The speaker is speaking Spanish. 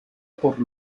por